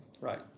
right